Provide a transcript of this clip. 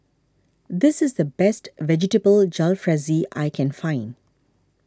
this is the best Vegetable Jalfrezi I can find